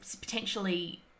potentially